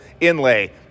inlay